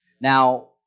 Now